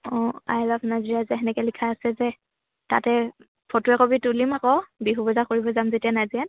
অঁ I love Nazira যে সেনেকৈ লিখা আছে যে তাতে ফটো একপি তুলিম আকৌ বিহু বজাৰ কৰিব যাম যেতিয়া নাজিৰাত